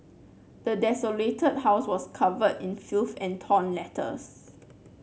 the desolated house was covered in filth and torn letters